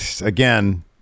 again